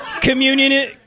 Communion